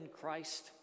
Christ